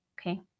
okay